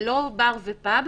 זה לא בר ופאב.